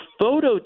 photo